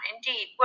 Indeed